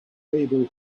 able